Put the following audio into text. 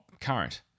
current